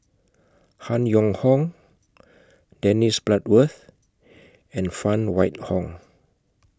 Han Yong Hong Dennis Bloodworth and Phan Wait Hong